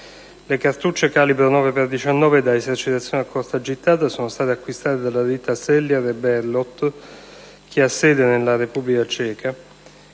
Le cartucce calibro 9x19 da esercitazione a corta gittata sono state acquistate dalla ditta Sellier & Bellot, avente sede nella Repubblica ceca,